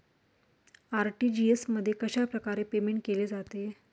RTGS मध्ये कशाप्रकारे payment केले जाते?